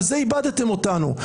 על זה איבדתם אותנו.